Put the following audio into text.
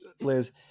Liz